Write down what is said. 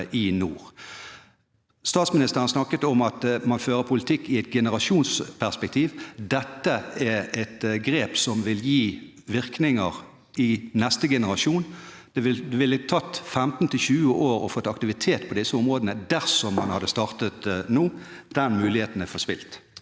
Statsministeren snakket om at man fører politikk i et generasjonsperspektiv. Dette er et grep som vil gi virkninger i neste generasjon. Det ville tatt 15–20 år å få aktivitet i disse områdene dersom man hadde startet nå. Den muligheten er forspilt.